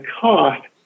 cost